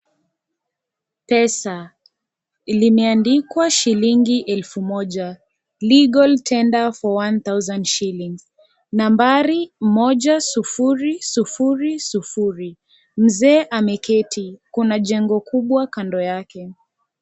Pesa. Limeandikwa shilingi elfu moja. Legal tender for one thousand shillings . Nambari 1000. Mzee ameketi. Kuna jengo kubwa kando yake.